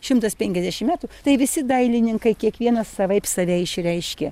šimtas penkiasdešim metų tai visi dailininkai kiekvienas savaip save išreiškia